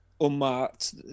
unmarked